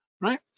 right